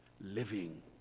living